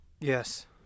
Yes